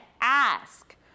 ask